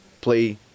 play